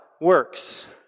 works